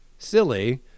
Silly